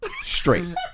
straight